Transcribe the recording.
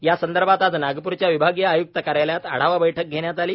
या संदर्भात आज नागपूरच्या विभागीय आय्क्त कार्यालयात आढावा बैठक घेण्यात आली